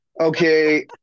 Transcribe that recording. okay